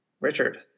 Richard